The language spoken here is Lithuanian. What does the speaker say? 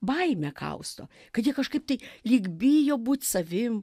baimė kausto kad jie kažkaip tai lyg bijo būt savim